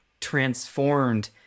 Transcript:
transformed